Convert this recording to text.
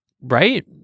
right